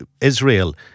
Israel